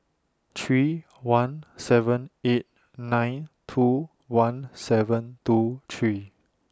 three one seven eight nine two one seven two three